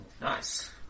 Nice